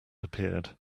appeared